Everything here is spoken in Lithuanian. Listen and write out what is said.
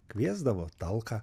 kviesdavo talką